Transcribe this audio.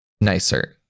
nicer